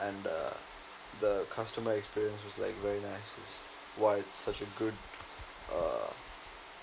and uh the customer experience is like very nice while it's such a good uh